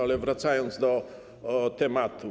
Ale wracam do tematu.